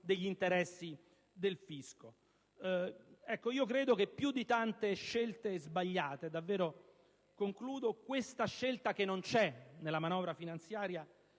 degli interessi del fisco. Ecco, credo che più di tante scelte sbagliate, questa scelta che non c'è nella manovra finanziaria